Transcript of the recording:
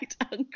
uncle